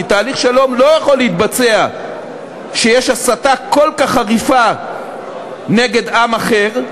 כי תהליך שלום לא יכול להתבצע כשיש הסתה כל כך חריפה נגד עם אחר,